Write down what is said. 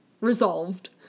resolved